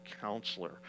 counselor